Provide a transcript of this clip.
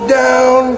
down